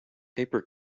paper